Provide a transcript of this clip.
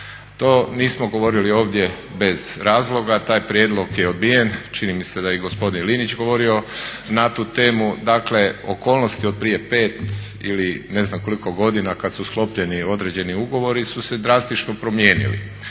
To nismo govorili ovdje bez razloga, taj prijedlog je odbijen, čini mi se da je i gospodin Linić govorio na tu temu. Dakle, okolnosti od prije 5 ili ne znam koliko godina kad su sklopljeni određeni ugovori su se drastično promijenili.